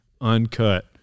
Uncut